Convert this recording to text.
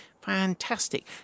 fantastic